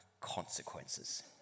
consequences